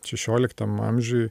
šešioliktam amžiuj